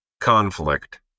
conflict